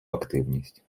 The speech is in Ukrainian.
активність